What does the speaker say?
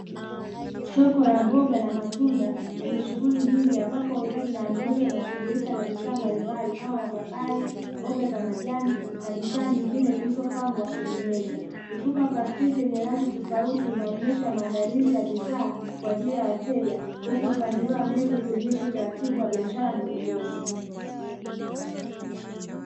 Soko la mboga na matunda yenye shughuli nyingi ambapo wauzaji na wanunuzi wanashughulika na bidhaa mbalimbali kama mapapai mboga za majani na bidhaa nyingine zilizopangwa kwenye meza. Mifuko ya plastiki yenye rangi tofauti inaonyesha maandalizi ya bidhaa kwa ajili ya wateja huku mpangilio wa miezi wakionyesha utaratibu wa biashara ndogondogo.